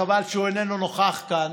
חבל שהוא איננו נוכח כאן.